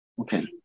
okay